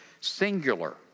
singular